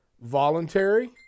Voluntary